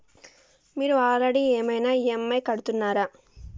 మీరు ఆల్రెడీ ఏమైనా ఈ.ఎమ్.ఐ కడుతున్నారా?